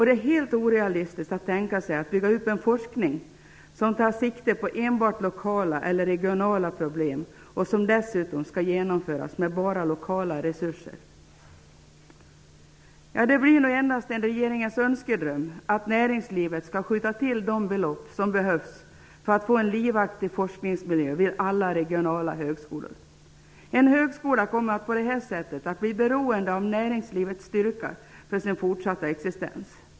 Det är helt orealistiskt att tänka sig att bygga upp en forskning som tar sikte på enbart lokala eller regionala problem och som dessutom skall genomföras med enbart lokala resurser. Det blir nog endast en regeringens önskedröm att näringslivet skall skjuta till de belopp som behövs för att få en livaktig forskningsmiljö vid alla regionala högskolor. En högskola kommer på detta sätt att bli beroende av näringslivets styrka för sin fortsatta existens.